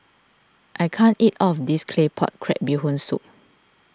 I can't eat all of this Claypot Crab Bee Hoon Soup